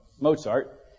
Mozart